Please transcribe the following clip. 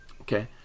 Okay